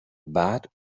بعد